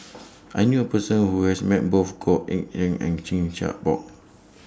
I knew A Person Who has Met Both Goh Eck Kheng and Chan Chin Bock